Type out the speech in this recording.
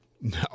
No